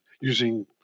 using